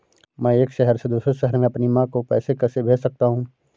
मैं एक शहर से दूसरे शहर में अपनी माँ को पैसे कैसे भेज सकता हूँ?